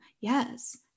yes